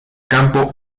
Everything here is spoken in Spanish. campo